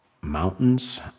mountains